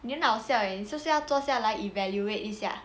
你很好笑你是不是要坐下来 evaluate 一下